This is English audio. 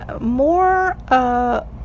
more